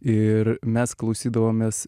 ir mes klausydavomės